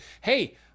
hey